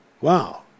Wow